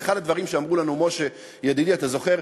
אחד הדברים שאמרו לנו, משה ידידי, אתה זוכר?